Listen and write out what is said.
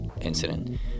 incident